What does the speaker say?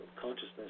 consciousness